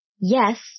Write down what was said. Yes